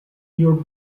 your